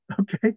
Okay